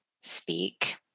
speak